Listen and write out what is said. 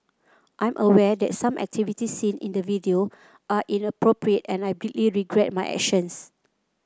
I'm aware that some activities seen in the video are inappropriate and I deeply regret my actions